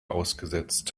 ausgesetzt